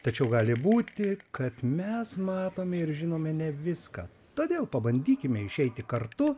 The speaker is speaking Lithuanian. tačiau gali būti kad mes matome ir žinome ne viską todėl pabandykime išeiti kartu